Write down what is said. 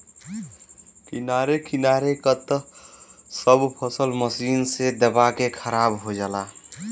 किनारे किनारे क त सब फसल मशीन से दबा के खराब हो जाला